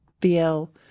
feel